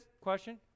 question